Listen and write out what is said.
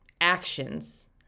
actions